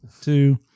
two